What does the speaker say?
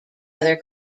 other